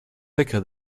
thicker